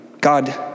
God